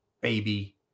baby